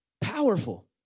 Powerful